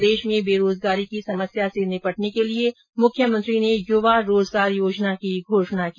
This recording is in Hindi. प्रदेश में बेरोजगारी की समस्या से निपटने के लिये मुख्यमंत्री ने युवा रोजगार योजना की घोषणा भी की